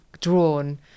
drawn